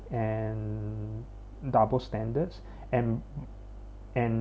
and double standards and and